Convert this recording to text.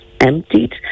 emptied